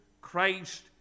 Christ